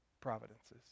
providences